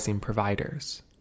providers